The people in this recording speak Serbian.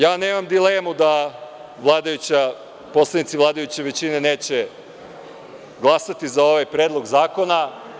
Ja nemam dilemu da poslanici vladajuće većine neće glasati za ovaj predlog zakona.